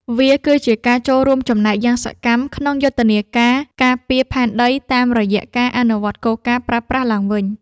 វាគឺជាការចូលរួមចំណែកយ៉ាងសកម្មក្នុងយុទ្ធនាការការពារផែនដី តាមរយៈការអនុវត្តគោលការណ៍ ប្រើប្រាស់ឡើងវិញ។